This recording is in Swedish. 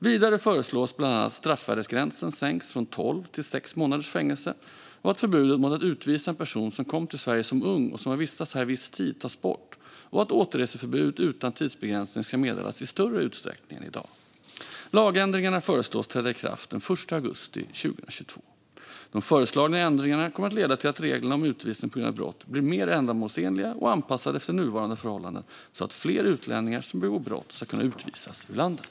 Vidare föreslås bland annat att straffvärdesgränsen sänks från tolv till sex månaders fängelse och att förbudet mot att utvisa en person som kom till Sverige som ung och som har vistats här viss tid tas bort och att återreseförbud utan tidsbegränsning ska meddelas i större utsträckning än i dag. Lagändringarna föreslås träda i kraft den 1 augusti 2022. De föreslagna ändringarna kommer att leda till att reglerna om utvisning på grund av brott blir mer ändamålsenliga och anpassade efter nuvarande förhållanden så att fler utlänningar som begår brott kan utvisas ur landet.